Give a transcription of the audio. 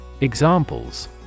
Examples